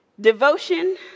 Devotion